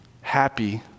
happy